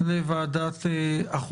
עם המשרד לביטחון פנים ומשטרת ישראל